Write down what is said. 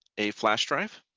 a flash drive